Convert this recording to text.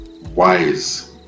wise